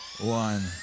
one